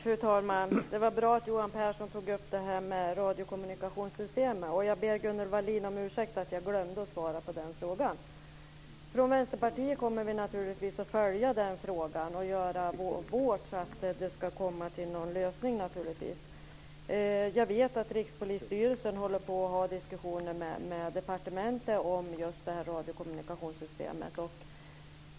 Fru talman! Det var bra att Johan Pehrson tog upp frågan om radiokommunikationssystemet. Jag ber Gunnel Wallin om ursäkt för att jag glömde att svara på den frågan. Vi i Vänsterpartiet kommer naturligtvis att följa den frågan och göra vad vi kan för att komma fram till en lösning. Jag vet att Rikspolisstyrelsen för diskussioner med departementet om just radiokommunikationssystemet.